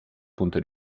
punto